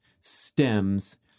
stems